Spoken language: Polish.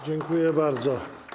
Dziękuję bardzo.